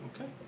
Okay